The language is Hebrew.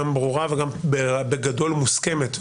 גם ברורה וגם בגדול מוסכמת,